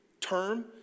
term